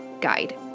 guide